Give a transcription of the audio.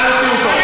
נא להוציא אותו.